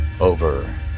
over